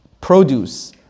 produce